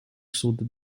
sud